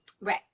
Right